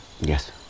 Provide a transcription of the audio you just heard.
Yes